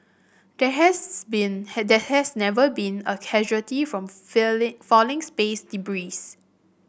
there has been there has never been a casualty from feeling falling space debris